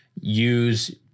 use